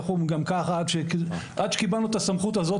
גם ככה, עד שקיבלנו את הסמכות הזאת